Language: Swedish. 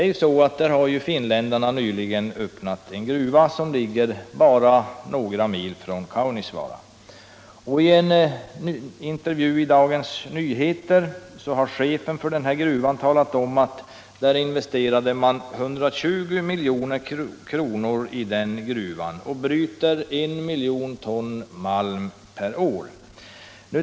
Finländarna har nyligen öppnat en gruva som ligger bara några mil från Kaunisvaara. I en intervju i Dagens Nyheter har chefen för den gruvan talat om att man där investerade 120 milj.kr. och bryter 1 miljon ton per år.